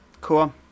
Cool